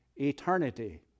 eternity